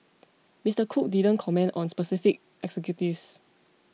Mister Cook didn't comment on specific executives